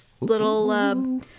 little